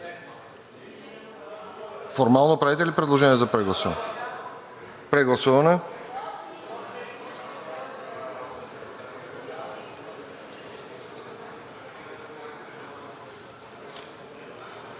Формално правите ли предложение за прегласуване? (Реплики.)